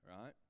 Right